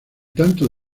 tanto